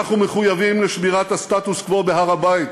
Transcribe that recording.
אנחנו מחויבים לשמירת הסטטוס-קוו בהר-הבית,